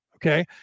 Okay